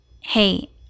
hey